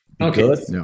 Okay